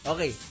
Okay